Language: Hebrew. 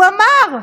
הוא אמר,